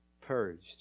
purged